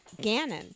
Gannon